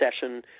session